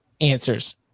answers